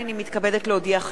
הנני מתכבדת להודיעכם,